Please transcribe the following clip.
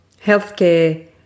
healthcare